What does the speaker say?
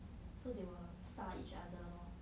so they will 杀 each other lor